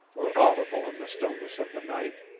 were audible in the stillness of the night.